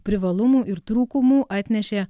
privalumų ir trūkumų atnešė